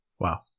wow